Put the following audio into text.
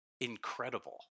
incredible